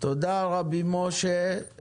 תודה, רבי משה.